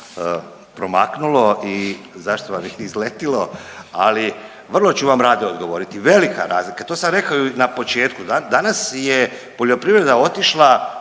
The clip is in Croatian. promaknulo i zašto vam je izletilo, ali vrlo ću vam rado odgovoriti. Velika razlika, to sam rekao i na početku, danas je poljoprivreda otišla